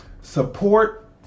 support